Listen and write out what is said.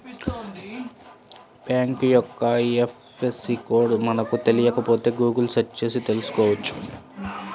bank యొక్క IFSC code మనకు తెలియకపోతే గుగుల్ సెర్చ్ చేసి తెల్సుకోవచ్చు